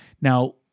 Now